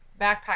backpack